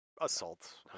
Assault